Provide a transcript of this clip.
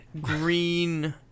green